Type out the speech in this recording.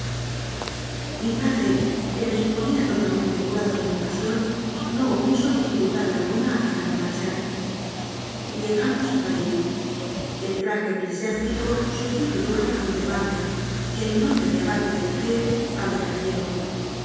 mi padre que me suponía totalmente curado de mi pasión no opuso dificultad alguna a dejarme marchar llegamos a parís el traje eclesiástico substituyó a la cruz de malta y el nombre de aba te des grieux al de caballero